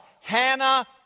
Hannah